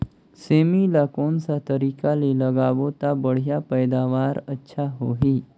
सेमी ला कोन सा तरीका ले लगाबो ता बढ़िया पैदावार अच्छा होही?